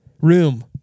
Room